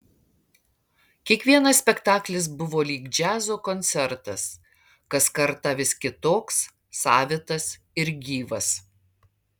kiekvienas spektaklis buvo lyg džiazo koncertas kas kartą vis kitoks savitas ir gyvas